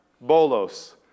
bolos